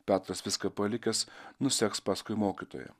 petras viską palikęs nuseks paskui mokytoją